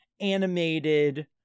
animated